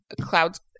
clouds